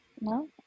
no